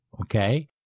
okay